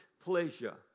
pleasure